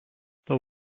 the